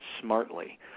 smartly